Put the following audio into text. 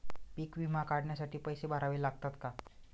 पीक विमा काढण्यासाठी पैसे भरावे लागतात का?